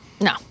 no